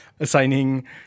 assigning